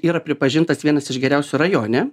yra pripažintas vienas iš geriausių rajone